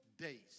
days